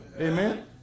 Amen